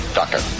doctor